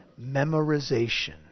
memorization